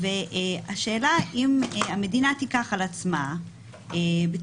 והשאלה אם המדינה תיקח על עצמה בצורה